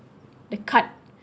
the card